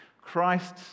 Christ